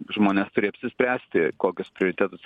žmonės turi apsispręsti kokius prioritetus